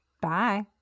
bye